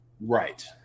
right